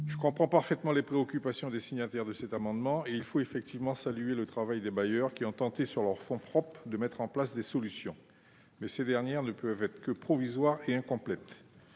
Je comprends parfaitement les préoccupations des signataires de cet amendement : il faut effectivement saluer le travail des bailleurs qui ont tenté, sur leurs fonds propres, de déployer des solutions. Toutefois, ces dernières ne peuvent qu'être provisoires et incomplètes.